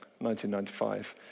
1995